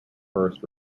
first